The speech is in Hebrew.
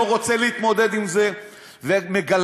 לא רוצה להתמודד עם זה,